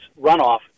runoff